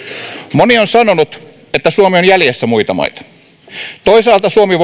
moni on sanonut että suomi on jäljessä muita maita toisaalta suomi